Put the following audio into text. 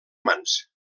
mans